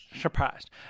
surprised